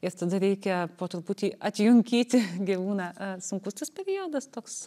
ir tada reikia po truputį atjunkyti gyvūną ar sunkus tas periodas toks